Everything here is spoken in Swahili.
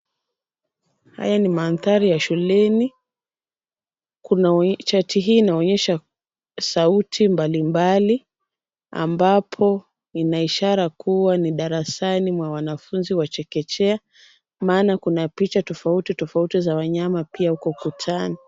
Haya ni mandhari ya suleni, chati hii inaonyesha sauti mbalimbali ambapo ina ishara kuwa ni darasani mwa wanafunzi wa chekechea, maana kuna picha tofauti tofauti za wanyama pia huko ukutani.